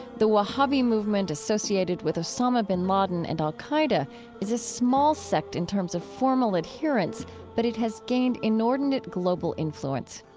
the wahhabi movement associated with osama bin laden and al-qaeda is a small sect in terms of formal adherence but it has gained inordinate global influence.